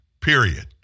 period